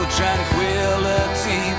tranquility